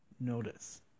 notice